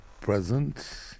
present